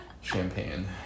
champagne